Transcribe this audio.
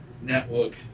network